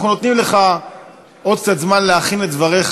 אנחנו נותנים לך עוד קצת זמן להכין את דבריך.